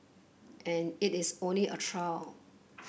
and it is only a trial